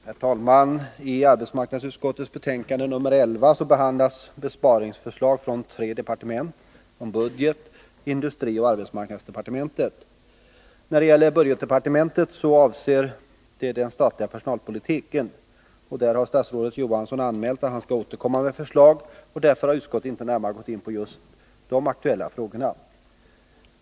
Herr talman! I arbetsmarknadsutskottets betänkande nr 11 behandlas besparingsförslag från tre departement, budgetdepartementet, industridepartementet och arbetsmarknadsdepartementet. När det gäller budgetdepartementet så avser frågorna den statliga personalpolitiken. Statsrådet Johansson har emellertid anmält att han skall återkomma med förslag, och därför har utskottet inte närmare gått in på just dessa frågor.